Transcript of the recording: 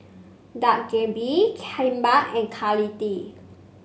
Dak Galbi Kimbap and